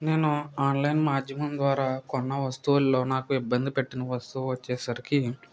నేను ఆన్లైన్ మాధ్యమం ద్వారా కొన్న వస్తువుల్లో నాకు ఇబ్బంది పెట్టను వస్తువు వచ్చేసరికి